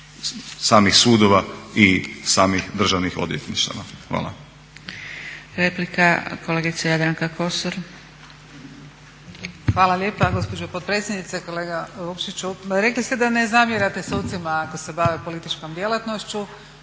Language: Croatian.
samih sudova i samih državnih odvjetništava. Hvala.